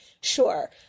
Sure